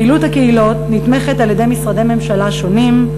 פעילות הקהילות נתמכת על-ידי משרדי ממשלה שונים,